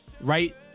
right